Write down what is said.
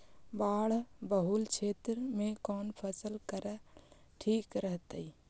बाढ़ बहुल क्षेत्र में कौन फसल करल ठीक रहतइ?